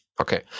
Okay